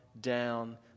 down